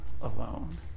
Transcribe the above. alone